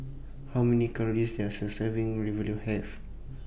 How Many Calories Does A Serving Ravioli Have